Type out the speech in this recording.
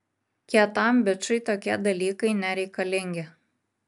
kietam bičui tokie dalykai nereikalingi